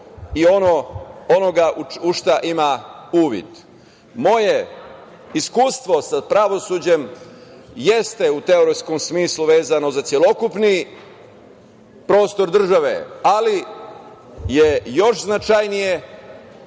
i onoga u šta ima uvid. Moje iskustvo sa pravosuđem jeste u teoretskom smislu vezano za celokupni prostor države, ali je još značajnije